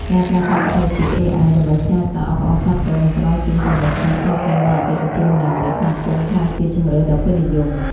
ការប្រើប្រាស់បច្ចេកវិទ្យា AI ដើម្បីផ្ញើសារអបអរសាទរ និងផ្តល់ជូនប្រូម៉ូសិនផ្ទាល់ខ្លួនដល់អតិថិជនម្នាក់ៗ កំពុងក្លាយជាជម្រើសដ៏ពេញនិយម។